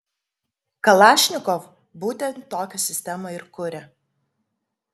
kalašnikov būtent tokią sistemą ir kuria